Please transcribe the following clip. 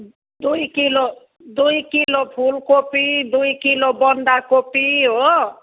दुई किलो दुई किलो फुलकोपी दुई किलो बन्दाकोपी हो